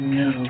no